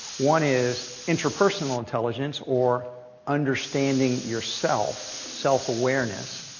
one is interpersonal intelligence, or understanding your self, self-awareness.